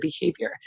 behavior